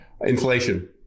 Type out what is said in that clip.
Inflation